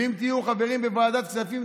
ואם תהיו חברים בוועדת הכספים,